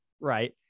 right